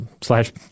slash